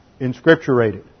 inscripturated